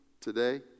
today